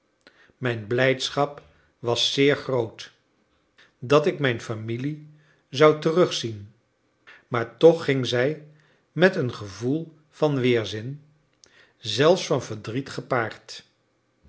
mijn blijdschap was zeer groot dat ik mijn familie zou terugzien maar toch ging zij met een gevoel van weerzin zelfs van verdriet gepaard